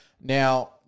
Now